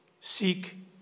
Seek